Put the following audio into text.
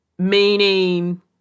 meaning